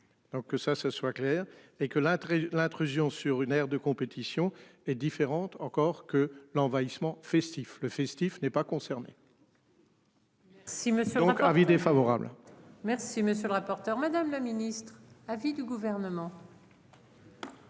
Donc que ça ce soit clair et que l'intérêt l'intrusion sur une aire de compétition est différente. Encore que l'envahissement festif le festif n'est pas concerné. Si Monsieur donc avis défavorable. Merci monsieur le rapporteur. Madame la Ministre à vie du gouvernement.